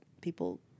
people